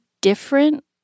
different